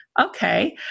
okay